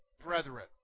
brethren